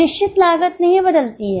निश्चित लागत नहीं बदलती है